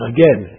Again